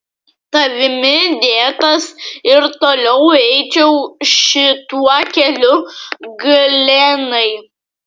tavimi dėtas ir toliau eičiau šituo keliu glenai